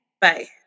Bye